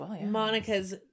Monica's